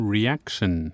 Reaction